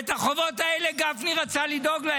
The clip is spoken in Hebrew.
ולחובות האלה גפני רצה לדאוג.